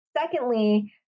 Secondly